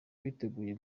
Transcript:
witeguye